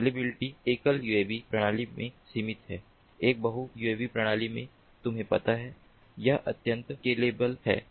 scalability एकल UAV प्रणाली में सीमित है एक बहु यूएवी प्रणाली में तुम्हें पता है यह अत्यंत स्केलेबल है